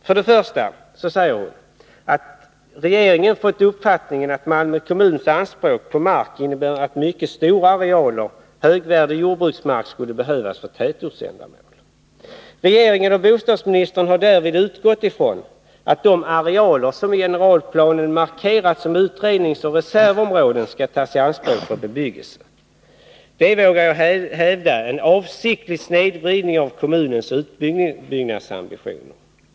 För det första säger hon att Malmö kommuns anspråk på mark innebär att mycket stora arealer högvärdig jordbruksmark skulle behövas för tätortsändamål. Regeringen och bostadsministern har därvid utgått från att de arealer som i generalplanen har markerats som utredningsoch reservområden skall tas i anspråk för bebyggelse. Detta är, vågar jag hävda, en avsiktlig snedvridning av kommunens utbyggnadsambitioner.